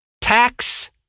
tax